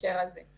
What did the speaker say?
אני